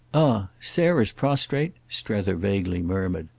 ah sarah's prostrate? strether vaguely murmured.